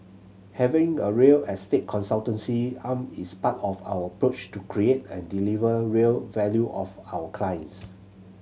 having a real estate consultancy arm is part of our approach to create and deliver real value of our clients